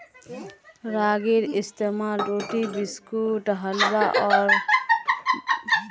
रागीर इस्तेमाल रोटी बिस्कुट हलवा आर डोसात कराल जाछेक